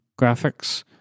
graphics